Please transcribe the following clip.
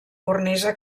cornisa